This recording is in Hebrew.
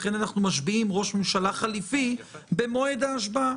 לכן אנחנו משביעים ראש ממשלה חליפי במועד ההשבעה.